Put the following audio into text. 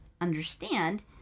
understand